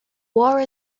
war